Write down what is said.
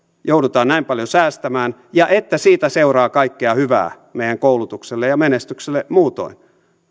joudutaan näin paljon säästämään ja että siitä seuraa kaikkea hyvää meidän koulutukselle ja menestykselle muutoin